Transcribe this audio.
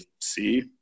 see